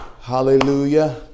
Hallelujah